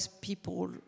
people